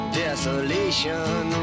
desolation